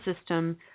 system